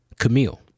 Camille